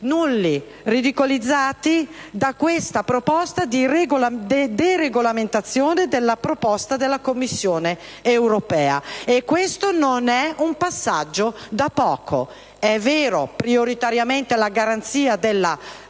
nulli e ridicolizzati da questa proposta di deregolamentazione avanzata dalla Commissione europea. Questo non è un passaggio da poco. È vero che prioritariamente bisogna garantire la